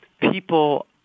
people